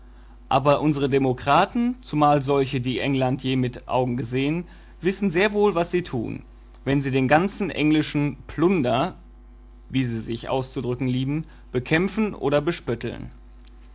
aber unsere demokraten zumal solche die england je mit augen gesehen wissen sehr wohl was sie tun wenn sie den ganzen englischen plunder wie sie sich auszudrücken lieben bekämpfen oder bespötteln